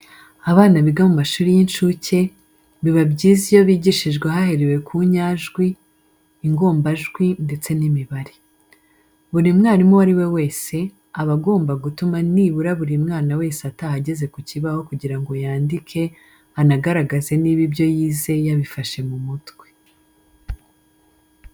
Abana biga mu mashuri y'inshuke, biba byiza iyo bigishijwe haherewe ku nyajwi, ingombajwi ndetse n'imibare. Buri mwarimu uwo ari we wese, aba agomba gutuma nibura buri mwana wese ataha ageze ku kibaho kugira ngo yandike anagaragaze niba ibyo yize yabifashe mu mutwe.